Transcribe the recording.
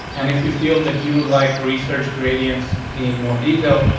and if you feel that you would like to research grady ints in more detail,